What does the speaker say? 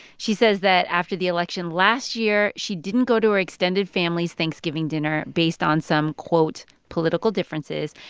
she says that after the election last year, she didn't go to her extended family's thanksgiving dinner based on some, quote, political differences.